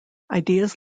ideas